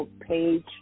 page